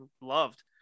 loved